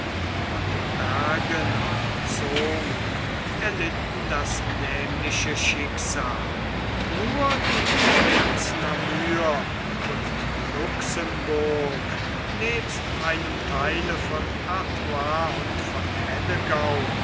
und bergen op zoom erlitten das nämliche schicksal nur die provinzen namur und luxemburg nebst einem theile von artois und von hennegau